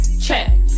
Check